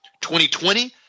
2020